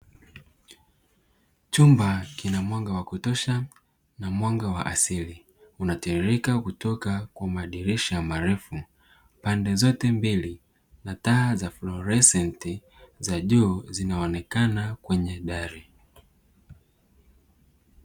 Chumba kina mwanga wa kutosha na mwanga wa asili unatiririka kutoka kwa madirisha marefu pande zote mbili na taa za frolesenti za juu zinaonekana kwenye dari.